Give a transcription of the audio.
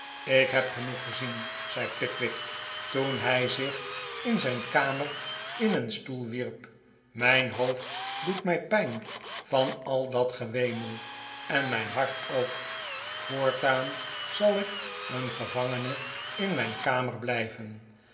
ik heb genoeg gezien zei pickwick toen hij zich in zijn kamer in een stoel wierp mijn hoofd doet mij pijn van al dat gewemel en mijn hart ook voortaan zal ik een gevangene in mijn kamer blijven